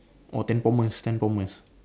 oh temp formers temp formers